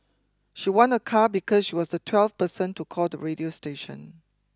she won a car because she was the twelfth person to call the radio station